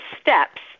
steps